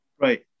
Right